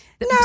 No